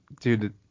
dude